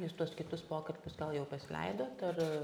jūs tuos kitus pokalbius gal jau pasileidote ar